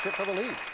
for the lead.